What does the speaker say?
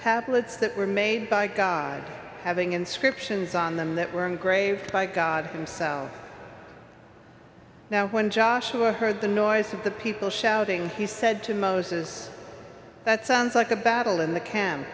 tablets that were made by god having inscriptions on them that were in the grave by god himself now when joshua heard the noise of the people shouting he said to moses that sounds like a battle in the ca